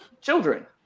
children